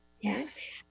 Yes